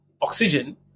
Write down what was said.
oxygen